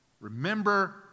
Remember